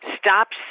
stops